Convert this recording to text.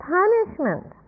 punishment